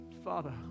Father